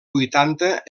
vuitanta